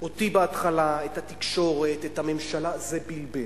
אותי, בהתחלה, את התקשורת, את הממשלה, זה בלבל.